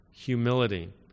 humility